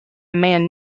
man